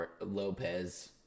Lopez